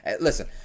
listen